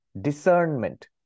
discernment